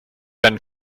been